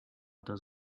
does